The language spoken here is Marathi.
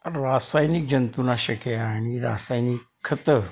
रासायनिक जंतूनाशके आणि रासायनिक खतं